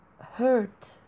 hurt